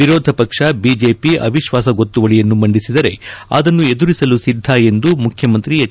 ವಿರೋಧ ಪಕ್ಷ ಬಿಜೆಪಿ ಅವಿಶ್ವಾಸ ಗೊತ್ತುವಳಿಯನ್ನು ಮಂಡಿಸಿದರೆ ಅದನ್ನು ಎದುರಿಸಲು ಸಿದ್ದ ಎಂದು ಮುಖ್ಯಮಂತ್ರಿ ಎಚ್